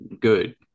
good